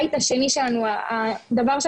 הבית שהשני שלנו,